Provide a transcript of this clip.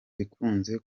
bikunze